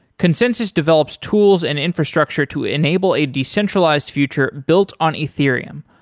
consensys develops tools and infrastructure to enable a decentralized future built on ethereum,